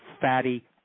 fatty